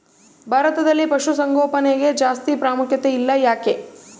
ಭಾರತದಲ್ಲಿ ಪಶುಸಾಂಗೋಪನೆಗೆ ಜಾಸ್ತಿ ಪ್ರಾಮುಖ್ಯತೆ ಇಲ್ಲ ಯಾಕೆ?